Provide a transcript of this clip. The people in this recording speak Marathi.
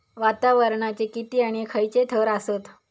वातावरणाचे किती आणि खैयचे थर आसत?